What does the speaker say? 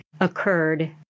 occurred